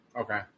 Okay